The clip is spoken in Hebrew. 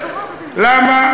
למה?